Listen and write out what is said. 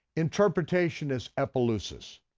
interpretation is epilusis,